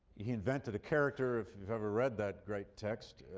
he invented a character, if you've ever read that great text,